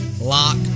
Lock